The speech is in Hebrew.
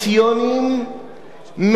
מגיעה הממשלה,